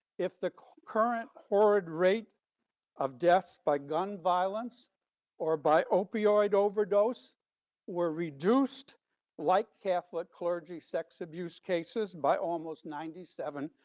if the current horrid rate of deaths by gun violence or by opioid overdose were reduced like catholic clergy sex abuse cases by almost ninety seven?